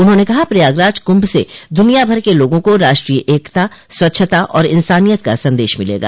उन्होंने कहा प्रयागराज कुम्भ से दुनियाभर के लोगों को राष्ट्रीय एकता स्वच्छता और इन्सानियत का संदेश मिलेगा